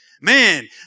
Man